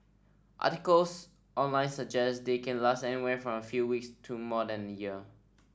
articles online suggest they can last anywhere from a few weeks to more than a year